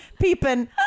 peeping